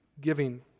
giving